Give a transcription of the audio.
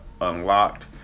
unlocked